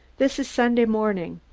this is sunday morning.